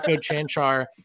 Chanchar